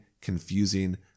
confusing